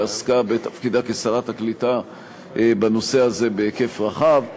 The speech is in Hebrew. שעסקה בתפקידה כשרת העלייה והקליטה בנושא הזה בהיקף רחב,